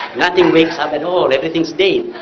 nothing wakes up at all. everything's dead.